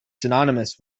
synonymous